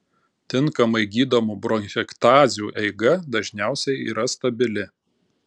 tinkamai gydomų bronchektazių eiga dažniausiai yra stabili